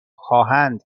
خواهند